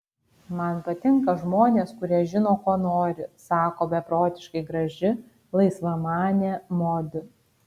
man patinka žmonės kurie žino ko nori sako beprotiškai graži laisvamanė mod